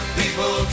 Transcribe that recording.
people